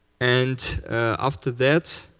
and after that,